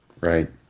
right